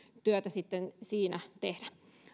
työtä sitten haluaisi tehdä